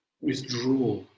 withdraw